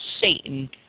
Satan